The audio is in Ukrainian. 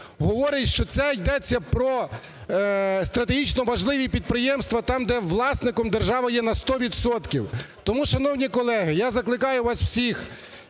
говорить, що це ідеться про стратегічно важливі підприємства, там, де власником держава є на 100 відсотків. Тому, шановні колеги, я закликаю вас всіх